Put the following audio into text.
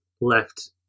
left